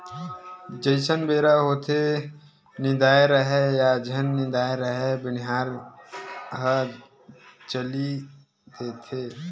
जइसने बेरा होथेये निदाए राहय या झन निदाय राहय बनिहार मन ह चली देथे